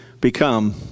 become